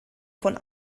von